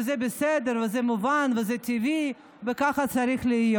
וזה בסדר וזה מובן וזה טבעי וככה צריך להיות,